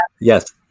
yes